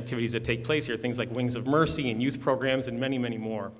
activities that take place here things like wings of mercy and youth programs and many many more